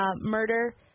murder